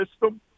system